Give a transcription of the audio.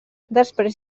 després